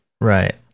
Right